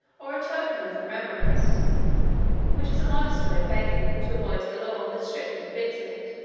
or a token of remembrance which is a modest way of begging, to avoid the law, that strictly forbids it,